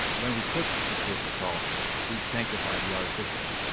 when we cook with kosher salt we sanctify the artificial,